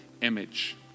image